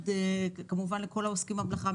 כמובן לכל העוסקים במלאכה,